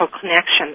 connection